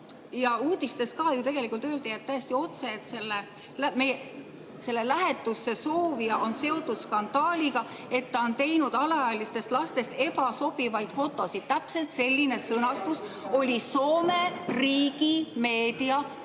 Uudistes öeldi ka täiesti otse, et lähetusse soovija on seotud skandaaliga, kuna ta on teinud alaealistest lastest ebasobivaid fotosid. Täpselt selline sõnastus oli Soome riigimeedia